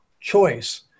choice